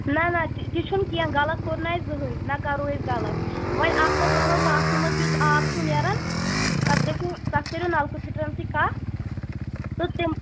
نہَ نہَ تہِ چھُنہٕ کیٚنٛہہ غلط کوٚر نہٕ اَسہِ زٕنٛہٕے نہَ کَرو أسۍ غلط وۅنۍ اَکھ کَتھ وَنہو باتھ روٗمَس یُس آب چھُ نیران تَتھ گژھِو تَتھ کٔرِو نَلکہٕ فِٹرن سٕتۍ کَتھ تہٕ تِم